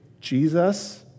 Jesus